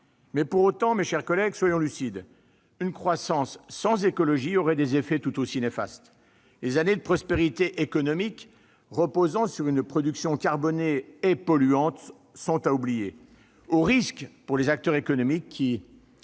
Pour autant, mes chers collègues, soyons lucides : une croissance sans écologie aurait des effets tout aussi néfastes. Les années de prospérité économique reposant sur une production carbonée et polluante sont à oublier, au risque pour les acteurs économiques qui